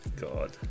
God